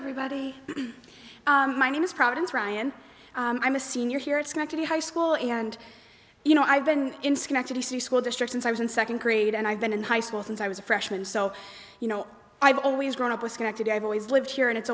everybody my name is providence ryan i'm a senior here it's going to be high school and you know i've been in schenectady school district since i was in second grade and i've been in high school since i was a freshman so you know i've always grown up with schenectady i've always lived here and it's